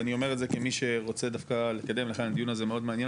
ורוצה לקדם את הדיון הזה שמאוד מעניין